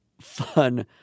fun